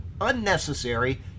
unnecessary